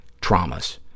traumas